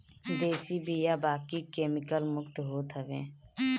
देशी बिया बाकी केमिकल मुक्त होत हवे